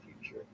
future